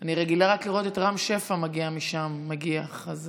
אני רגילה לראות רק את רם שפע מגיע משם, מגיח.